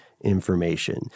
information